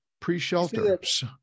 Pre-shelters